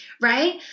Right